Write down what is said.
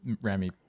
Rami